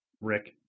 Rick